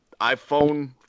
iPhone